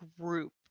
group